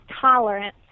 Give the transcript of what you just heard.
tolerance